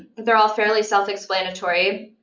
they're all fairly self-explanatory.